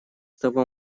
того